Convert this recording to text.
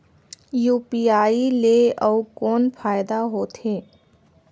UPI ले अउ कौन फायदा होथ है?